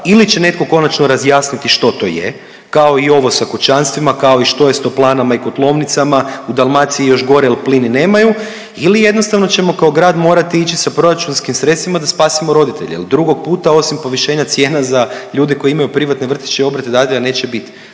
ili će netko konačno razjasniti što to je kao i ovo sa kućanstvima, kao i što se s toplanama i kotlovnicama, u Dalmaciji još gore jer plin nemaju ili jednostavno ćemo kao grad morati ići sa proračunskim sredstvima da spasimo roditelje jer drugog puta osim povišenja cijena za ljude koji imaju privatne vrtiće i obrte znate da neće biti.